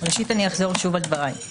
אחזור על דבריי.